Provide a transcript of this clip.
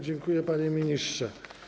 Dziękuję, panie ministrze.